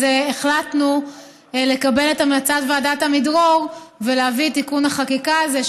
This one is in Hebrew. אז החלטנו לקבל את המלצת ועדת עמידרור ולהביא את תיקון החקיקה הזה.